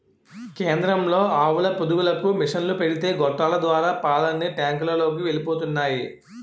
కేంద్రంలో ఆవుల పొదుగులకు మిసన్లు పెడితే గొట్టాల ద్వారా పాలన్నీ టాంకులలోకి ఎలిపోతున్నాయి